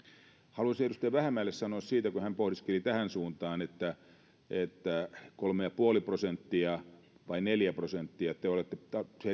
haluaisin edustaja vähämäelle sanoa siitä kun hän pohdiskeli tähän suuntaan että että kolme pilkku viisi prosenttia vai neljä prosenttia että te olette